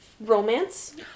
romance